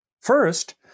First